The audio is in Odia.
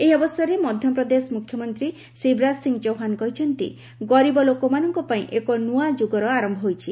ଏହି ଅବସରରେ ମଧ୍ୟପ୍ରଦେଶ ମୁଖ୍ୟମନ୍ତ୍ରୀ ଶିବରାଜ ସିଂ ଚୌହାନ କହିଛନ୍ତି ଗରିବ ଲୋକମାନଙ୍କ ପାଇଁ ଏକ ନୂଆ ଯୁଗର ଆରମ୍ଭ ହୋଇଛି